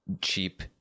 cheap